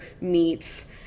meats